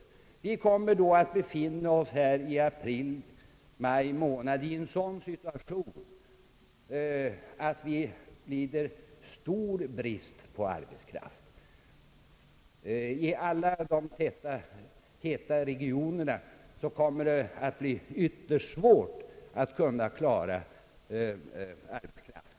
Läget i april — maj kan därför bli att det råder stor brist på arbetskraft för byggenskapen — i alla de tätbefolkade regionerna blir det antagligen ytterst svårt att tillfredsställa efterfrågan på arbetskraft.